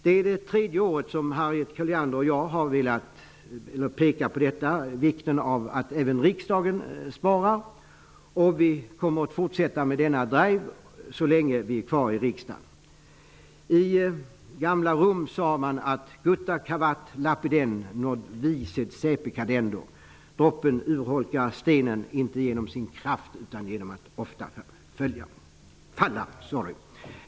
Det är tredje året som Harriet Colliander och jag har pekat på vikten av att även riksdagen sparar, och vi kommer att fortsätta med denna drive så länge vi är kvar i riksdagen. I gamla Rom sade man gutta cavat lapidem non vi sed saepe cadendo; droppen urholkar stenen, inte genom sin kraft utan genom att ofta falla.